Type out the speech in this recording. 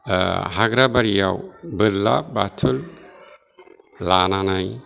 हाग्रा बारियाव बोरला बाथुल लानानै